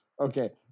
Okay